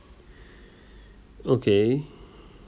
okay